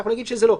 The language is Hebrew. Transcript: אנחנו נגיד שזה לא,